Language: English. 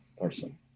person